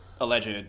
alleged